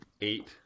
eight